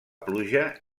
pluja